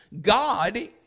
God